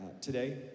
today